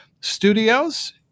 studios